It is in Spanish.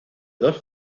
dos